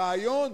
הרעיון